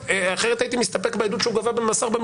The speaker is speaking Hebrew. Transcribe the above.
אחרת הייתי מסתפק בעדות שהוא מסר וגבה